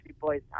Boys